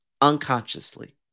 unconsciously